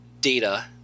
data